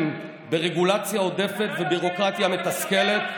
ברגולציה עודפת וביורוקרטיה מתסכלת,